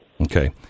Okay